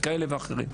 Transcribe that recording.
כאלה ואחרים.